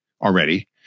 already